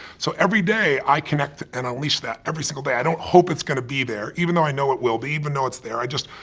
so every day i connect and unleash that. every single day. i don't hope it's gonna be there, even though i know it will be, even though it's there, i just,